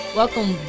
welcome